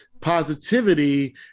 positivity